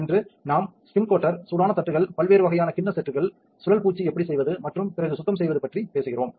இன்று நாம் spin coater சூடான தட்டுகள் பல்வேறு வகையான கிண்ண செட்கள் சுழல் பூச்சு எப்படி செய்வது மற்றும் பிறகு சுத்தம் செய்வது பற்றி பேசுகிறோம்